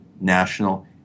national